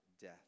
death